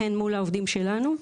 הן מול העובדים שלנו,